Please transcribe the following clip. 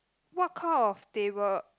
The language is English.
what kind of table